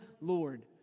Lord